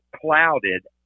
clouded